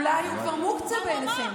אולי הוא כבר מוקצה בעיניכם,